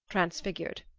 transfigured.